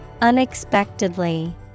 Unexpectedly